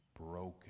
broken